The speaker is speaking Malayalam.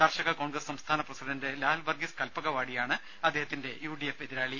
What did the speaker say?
കർഷക കോൺഗ്രസ് സംസ്ഥാന പ്രസിഡണ്ട് ലാൽ വർഗീസ് കൽപക വാടിയാണ് അദ്ദേഹത്തിന്റെ യുഡി എഫ് എതിരാളി